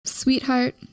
Sweetheart